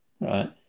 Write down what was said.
right